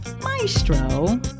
maestro